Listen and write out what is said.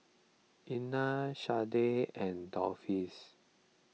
Elna Shardae and Dolphus